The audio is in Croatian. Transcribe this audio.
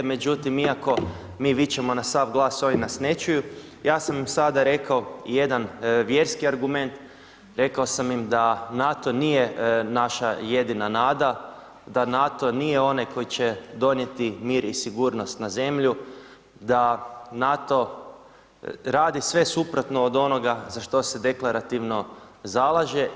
Međutim, iako mi vičemo na sav glas a ovi nas ne čuju, ja sam sada rekao jedan vjerski argument, rekao sam im da NATO nije naša jedina nada, da NATO nije onaj koji će donijeti mir i sigurnost na zemlju, da NATO radi sve suprotno od onoga za što se deklaratorno zalaže.